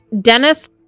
Dennis